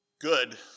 good